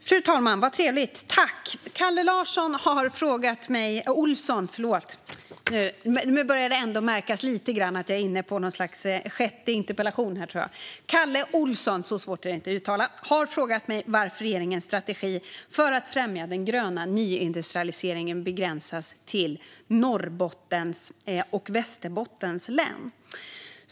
Fru talman! Kalle Olsson har frågat mig varför regeringens strategi för att främja den gröna nyindustrialiseringen begränsas till Norrbottens och Västerbottens län.